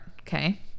Okay